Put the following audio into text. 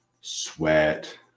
sweat